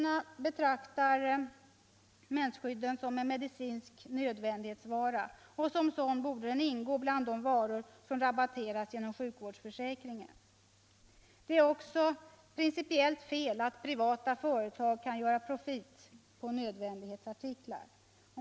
Vpk betraktar mensskydden som en medicinsk nödvändighetsvara, och som sådan borde den ingå bland de varor som rabatterats genom sjukvårdsförsäkringen. Det är också principiellt fel att privata företag kan göra profit på nödvändighetsartiklar.